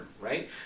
right